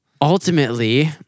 ultimately